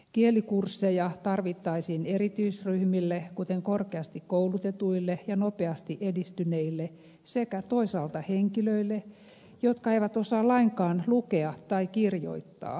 kielikursseja tarvittaisiin erityisryhmille kuten korkeasti koulutetuille ja nopeasti edistyneille sekä toisaalta henkilöille jotka eivät osaa lainkaan lukea tai kirjoittaa